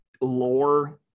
lore